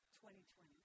2020